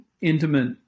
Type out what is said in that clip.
intimate